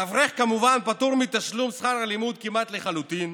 האברך כמובן פטור מתשלום שכר הלימוד כמעט לחלוטין,